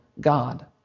God